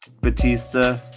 Batista